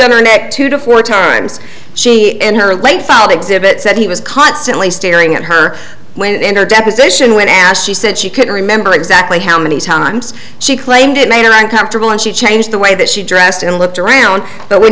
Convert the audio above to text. neck two to four times she and her late found exhibits that he was constantly staring at her when in her deposition when ashley said she couldn't remember exactly how many times she claimed it made uncomfortable and she changed the way that she dressed and looked around but when